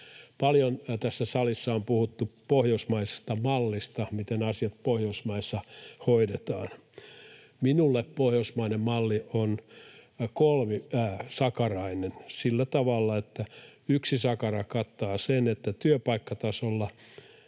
Paljon tässä salissa on puhuttu pohjoismaisesta mallista, miten asiat Pohjoismaissa hoidetaan. Minulle pohjoismainen malli on kolmisakarainen sillä tavalla, että yksi sakara kattaa sen, että työpaikkatasolla